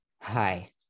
Hi